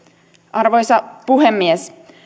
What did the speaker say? arvoisa puhemies